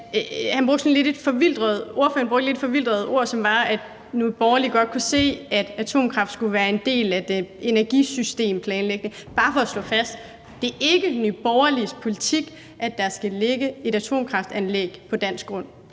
så et lidt viltert udtryk, som var, at ordføreren godt kunne se, at atomkraft skulle være en del af den energisystemplanlægning. Bare for at slå fast: Det er ikke Nye Borgerliges politik, at der skal ligge et atomkraftanlæg på dansk grund